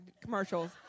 commercials